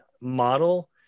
model